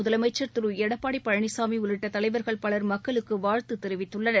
முதலமைச்சர் திரு எடப்பாடி பழனிசாமி உள்ளிட்ட தலைவர்கள் பலர் மக்களுக்கு வாழ்த்து தெரிவித்துள்ளனர்